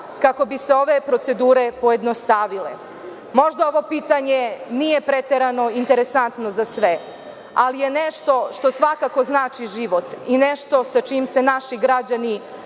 kako bi se ove procedure pojednostavile? Možda ovo pitanje nije preterano interesantno za sve, ali je nešto što svakako znači život i nešto sa čime se naši građani